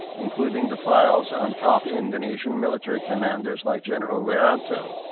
including the files on top indonesian military commanders like general wiranto.